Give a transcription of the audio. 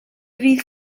fydd